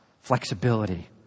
flexibility